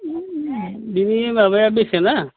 बेनि माबाया बेसेना